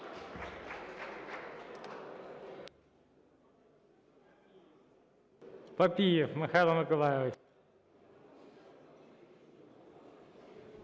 Папієв Михайло Миколайович.